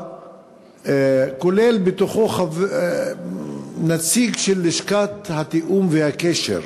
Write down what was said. כולל נציג של לשכת התיאום והקשר,